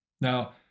Now